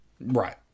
Right